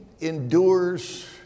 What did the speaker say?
Endures